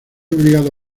obligado